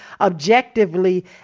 objectively